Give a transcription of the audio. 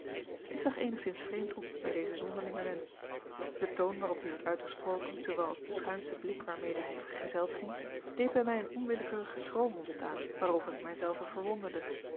ik zag eenigszins vreemd op bij dezen zonderlingen wensch de toon waarop die werd uitgesproken zoowel als de schuinsche blik waarmede hij vergezeld ging deed bij mij een onwillekeurigen schroom ontstaan waarover ik mij zelven verwonderde